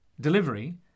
Delivery